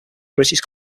british